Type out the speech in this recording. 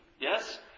Yes